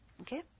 Okay